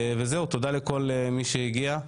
תודה לכל מי שהגיע,